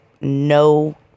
no